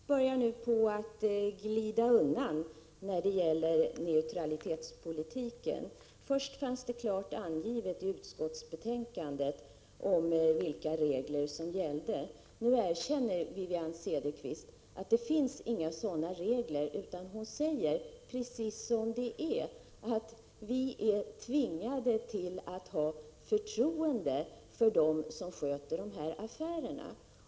Herr talman! Wivi-Anne Cederqvist börjar nu glida undan när det gäller neutralitetspolitiken. Först fanns det klart angivet i utskottsbetänkandet vilka regler som skulle gälla, men nu erkänner Wivi-Anne Cederqvist att det inte finns sådana regler. Hon säger precis som det är att vi är tvingade till att ha förtroende för dem som sköter dessa affärer.